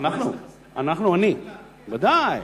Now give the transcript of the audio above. מי פנה אל בית-המשפט, אנחנו, אני, ודאי.